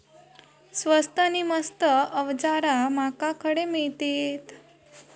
स्वस्त नी मस्त अवजारा माका खडे मिळतीत?